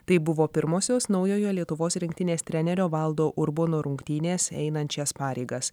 tai buvo pirmosios naujojo lietuvos rinktinės trenerio valdo urbono rungtynės einant šias pareigas